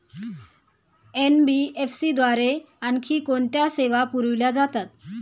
NBFC द्वारे आणखी कोणत्या सेवा पुरविल्या जातात?